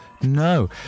no